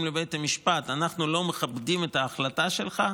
לבית המשפט: אנחנו לא מכבדים את ההחלטה שלך,